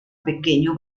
pequeño